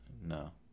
No